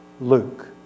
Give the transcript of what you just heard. Luke